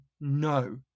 no